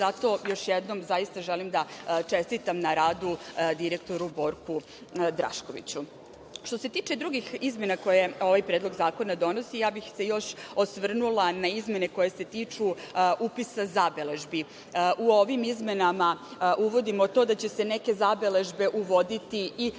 zato još jednom zaista želim da čestitam na radu direktoru, Borku Draškoviću. Što se tiče drugih izmena koje ovaj Predlog zakona donosi ja bih se još osvrnula na izmene koje se tiču upisa zabeležbi. U ovim izmenama uvodimo to da će se neke zabeležbe uvoditi i službenim